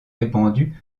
répandue